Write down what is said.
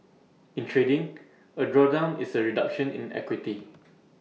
in trading A drawdown is A reduction in equity